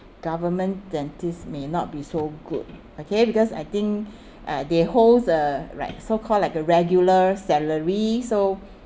government dentist may not be so good okay because I think uh they hold a like so called like a regular salary so